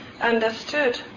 understood